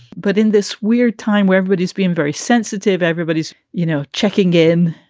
but in this weird time where everybody's been very sensitive, everybody's, you know, checking in.